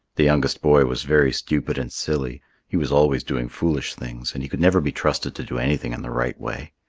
the youngest boy was very stupid and silly he was always doing foolish things, and he could never be trusted to do anything in the right way.